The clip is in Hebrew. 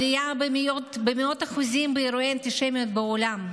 עלייה במאות אחוזים באירועי האנטישמיות בעולם,